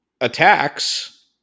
attacks